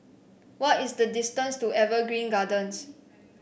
what is the distance to Evergreen Gardens